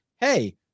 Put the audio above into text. hey